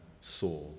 saw